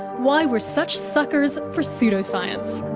why we're such suckers for pseudoscience.